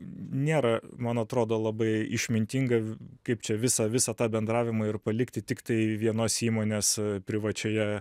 nėra man atrodo labai išmintinga kaip čia visą visą tą bendravimą ir palikti tiktai vienos įmonės privačioje